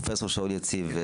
פרופ' שאול יציב,